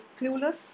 clueless